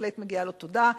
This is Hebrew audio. ובהחלט מגיעה לו תודה.